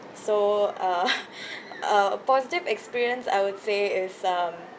so uh uh positive experience I would say is um